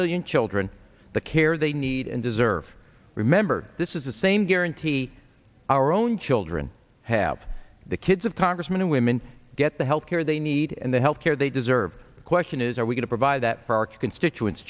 million children the care they need and deserve remember this is the same guarantee our own children have the kids of congressmen and women get the health care they need and the health care they deserve the question is are we to provide that for our constituents